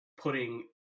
putting